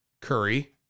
Curry